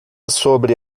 sobre